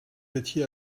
étiez